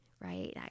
right